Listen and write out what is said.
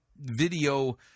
video